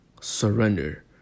surrender